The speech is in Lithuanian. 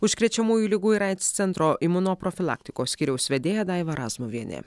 užkrečiamųjų ligų ir aids centro imunoprofilaktikos skyriaus vedėja daiva razmuvienė